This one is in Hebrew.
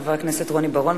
חבר הכנסת רוני בר-און,